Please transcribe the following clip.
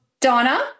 Donna